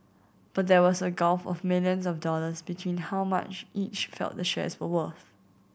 but there was a gulf of millions of dollars between how much each felt the shares were worth